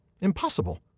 Impossible